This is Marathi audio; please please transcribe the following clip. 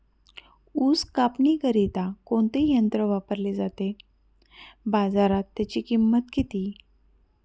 ऊस कापणीकरिता कोणते यंत्र वापरले जाते? बाजारात त्याची किंमत किती?